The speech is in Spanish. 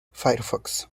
firefox